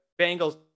Bengals